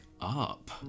up